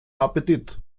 appetit